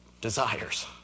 desires